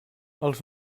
els